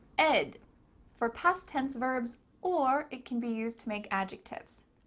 ed for past tense verbs or it can be used to make adjectives.